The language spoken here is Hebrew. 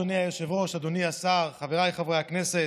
אדוני היושב-ראש, אדוני השר, חבריי חברי הכנסת,